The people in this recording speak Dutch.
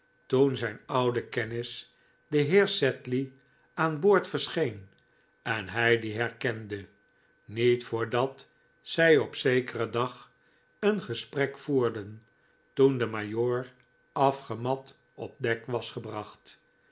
toen zijn oude kennis de heer sedley aan boord verscheen en hij dien herkende niet voordat zij op zekeren dag een gesprek voerden toen de majoor afgemat op dek was gebracht